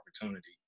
opportunity